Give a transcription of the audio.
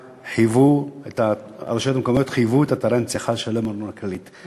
חייבו את אתרי ההנצחה לשלם ארנונה כללית.